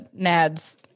nads